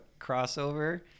crossover